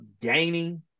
gaining